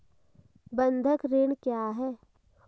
बंधक ऋण क्या है?